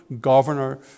governor